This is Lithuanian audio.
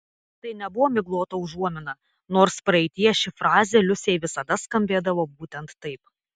tai nebuvo miglota užuomina nors praeityje ši frazė liusei visada skambėdavo būtent taip